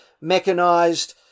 mechanized